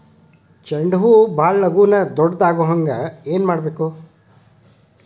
ಚಂಡ ಹೂ ಭಾಳ ಲಗೂನ ದೊಡ್ಡದು ಆಗುಹಂಗ್ ಏನ್ ಮಾಡ್ಬೇಕು?